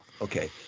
Okay